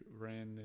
ran